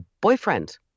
boyfriend